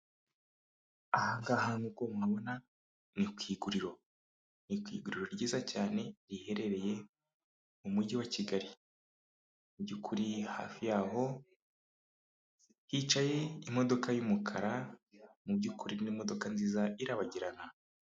Aha ngaha nkuko mubibona ni ku iguriro, ni ku iguriro ryiza cyane riherereye mu Mujyi wa Kigali, mu by'ukuri hafi yaho hicaye imodoka y'umukara mu by'ukuri ni imodoka nziza irabagirana.